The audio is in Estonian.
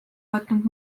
võtnud